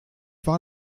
war